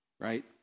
right